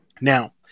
Now